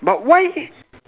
but why